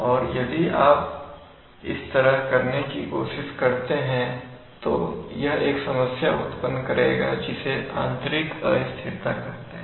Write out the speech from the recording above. और यदि आप इसे इस तरह करने की कोशिश करते हैं तो यह एक समस्या उत्पन्न करेगा जिसे आंतरिक अस्थिरता कहते हैं